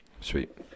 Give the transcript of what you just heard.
Sweet